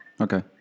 okay